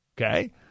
okay